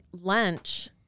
lunch